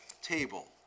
table